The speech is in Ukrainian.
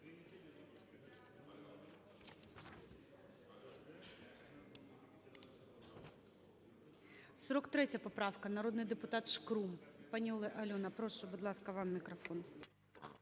43 поправка, народний депутат Шкрум. Пані Альона, прошу, будь ласка, вам мікрофон.